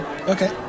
Okay